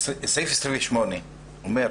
סעיף 28 אומר,